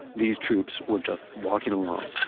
these troops were just walking along